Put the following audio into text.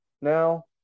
now